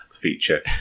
feature